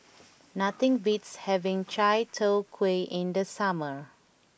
nothing beats having Chai Tow Kuay in the summer